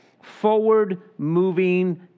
forward-moving